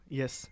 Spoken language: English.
yes